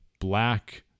black